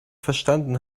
verstanden